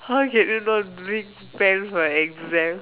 how can you not bring pen for an exam